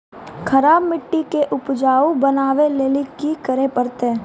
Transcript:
खराब मिट्टी के उपजाऊ बनावे लेली की करे परतै?